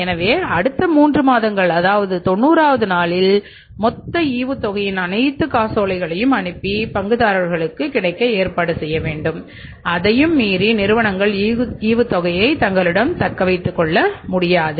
எனவே அடுத்த 3 மாதங்கள் அதாவது 90 வது நாளில் மொத்த ஈவுத்தொகையின் அனைத்து காசோலையும் அனுப்பி பங்குதாரர்களுக்கு கிடைக்க ஏற்பாடு செய்ய வேண்டும் அதையும் மீறி நிறுவனங்கள் ஈவுத்தொகையை தங்களிடம் தக்க வைத்துக் கொள்ள முடியாது